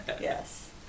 Yes